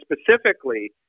specifically